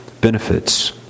benefits